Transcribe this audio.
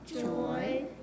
joy